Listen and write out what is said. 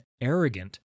arrogant